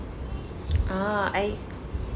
ah I